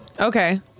Okay